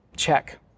Check